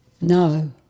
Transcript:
No